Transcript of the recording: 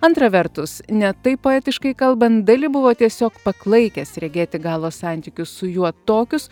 antra vertus ne taip poetiškai kalbant dali buvo tiesiog paklaikęs regėti galos santykius su juo tokius